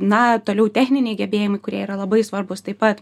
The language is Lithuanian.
na toliau techniniai gebėjimai kurie yra labai svarbūs taip pat